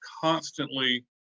constantly